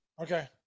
Okay